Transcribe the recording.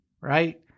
right